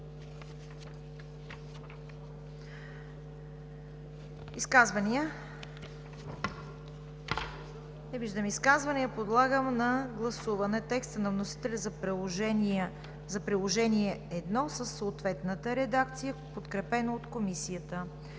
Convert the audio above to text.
Изказвания? Не виждам. Подлагам на гласуване текста на вносителя за Приложение № 1 със съответната редакция, подкрепена от Комисията.